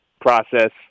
process